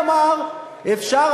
בר-סמכא,